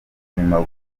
ubuzima